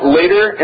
later